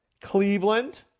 Cleveland